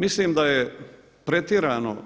Mislim da je ovo pretjerano